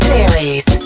Series